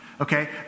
Okay